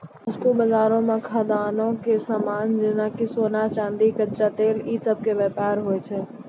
वस्तु बजारो मे खदानो के समान जेना कि सोना, चांदी, कच्चा तेल इ सभ के व्यापार होय छै